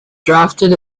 drafted